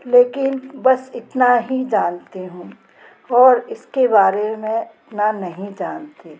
लेकिन बस इतना ही जानती हूँ और इसके बारे में उतना नहीं जानती